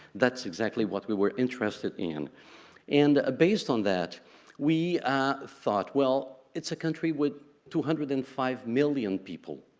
that's exactly what we were interested in and based on that we thought, well it's a country with two hundred and five million people